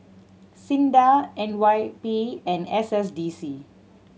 SINDA N Y P and S S D C